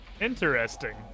Interesting